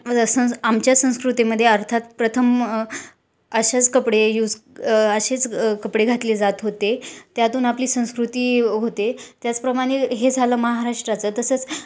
सं आमच्या संस्कृतीमध्ये अर्थात प्रथम अशाच कपडे यूज असेच कपडे घातले जात होते त्यातून आपली संस्कृती होते त्याचप्रमाणे हे झालं महाराष्ट्राचं तसंच